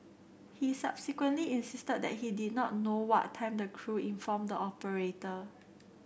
he subsequently insisted that he did not know what time the crew informed the operator